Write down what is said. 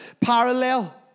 parallel